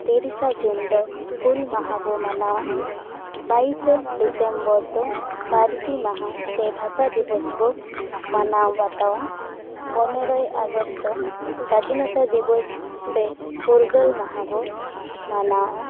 ᱛᱤᱨᱤᱥᱟ ᱡᱩᱱ ᱫᱚ ᱦᱩᱞ ᱢᱟᱦᱟ ᱵᱚ ᱢᱟᱱᱟᱣᱟ ᱵᱟᱭᱤᱥᱮ ᱰᱤᱥᱮᱢᱵᱚᱨ ᱫᱚ ᱯᱟ ᱨᱥᱤ ᱢᱟᱦᱟ ᱥᱮ ᱵᱷᱟᱥᱟ ᱫᱤᱵᱚᱥ ᱵᱚᱱ ᱢᱟᱱᱟᱣ ᱵᱟᱛᱟᱣᱟ ᱯᱚᱱᱮᱨᱳᱭ ᱟᱜᱚᱥᱴ ᱫᱚ ᱥᱟᱹᱫᱷᱤᱱᱚᱛᱟ ᱫᱤᱵᱚᱥ ᱥᱮ ᱯᱷᱩᱨᱜᱟᱹᱞ ᱢᱟᱦᱟ ᱵᱚ ᱢᱟᱱᱟᱣᱟ